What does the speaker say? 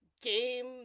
game